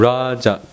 Raja